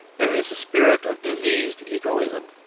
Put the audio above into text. there is a spirit of diseased egoism,